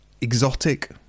exotic